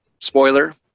spoiler